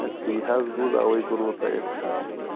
ہے تی حظ بوٗز تَوَے کوٚروٕ تۄہہِ اَسہِ فون